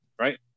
Right